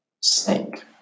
snake